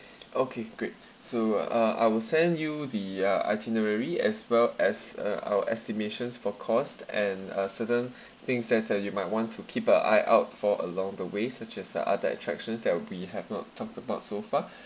okay great so uh I will send you the uh itinerary as well as uh our estimations for cost and uh certain things that uh you might want to keep an eye out for along the way such as uh other attractions that we have not talked about so far